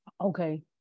Okay